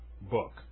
book